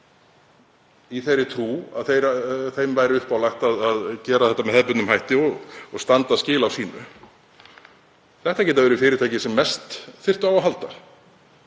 í þeirri trú að þeim væri uppálagt að gera þetta með hefðbundnum hætti og standa skil á sínu? Þetta geta verið fyrirtæki sem mest þyrftu á að halda